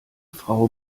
frau